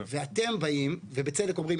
ואתם באים ובצדק אומרים,